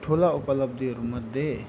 ठुला उपलब्धिहरूमध्ये